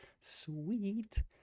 Sweet